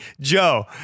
Joe